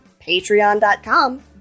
patreon.com